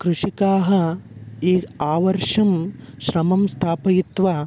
कृषिकाः इ आवर्षं श्रमं स्थापयित्वा